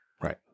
Right